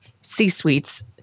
C-suites